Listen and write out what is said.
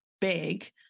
big